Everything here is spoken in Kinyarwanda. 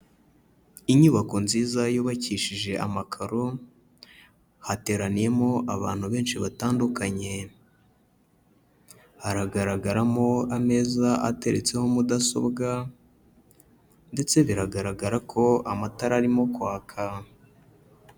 Inyubako nziza yubakishije amakaro hateraniyemo abantu benshi batandukanye, haragaragaramo ameza ateretseho mudasobwa ndetse biragaragara ko amatara arimo kwaka.